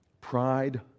pride